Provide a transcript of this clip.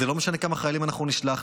וזה לא משנה כמה חיילים אנחנו נשלח,